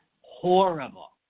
horrible